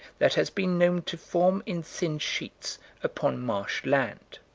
that has been known to form in thin sheets upon marsh land.